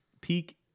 peak